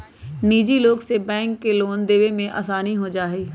निजी लोग से बैंक के लोन देवे में आसानी हो जाहई